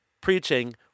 preaching